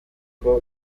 kuva